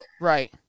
Right